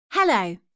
Hello